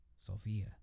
Sofia